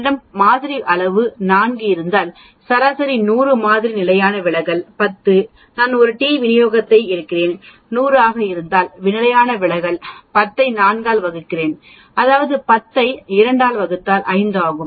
என்னிடம் மாதிரி அளவு 4 இருந்தால் சராசரி 100 மாதிரி நிலையான விலகல் 10 நான் ஒரு டி விநியோக சராசரி இன்னும் 100 ஆக இருந்தால் நிலையான விலகல் 10 ஐ 4 ஆல் வகுக்கப்படும் அதாவது 10 ஐ 2 ஆல் வகுத்தால் 5 ஆகும்